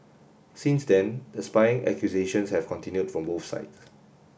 since then the spying accusations have continued from both side